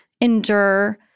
endure